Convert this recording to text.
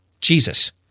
Jesus